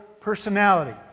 personality